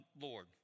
Lord